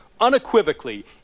unequivocally